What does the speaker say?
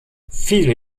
viele